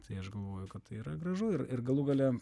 tai aš galvoju kad tai yra gražu ir ir galų gale